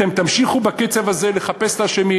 אתם תמשיכו בקצב הזה לחפש את האשמים